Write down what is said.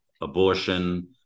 abortion